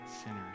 sinners